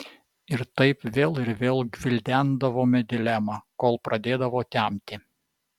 ir taip vėl ir vėl gvildendavome dilemą kol pradėdavo temti